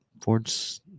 Ford's